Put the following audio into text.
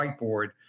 whiteboard